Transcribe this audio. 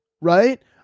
right